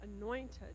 anointed